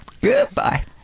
Goodbye